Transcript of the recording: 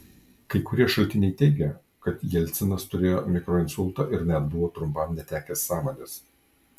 kai kurie šaltiniai teigia kad jelcinas turėjo mikroinsultą ir net buvo trumpam netekęs sąmonės